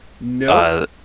No